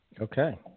Okay